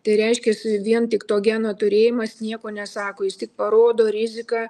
tai reiškiasi vien tik to geno turėjimas nieko nesako jis tik parodo riziką